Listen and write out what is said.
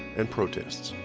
and protests.